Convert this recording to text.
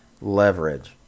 leverage